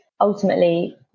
ultimately